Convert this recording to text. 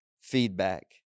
feedback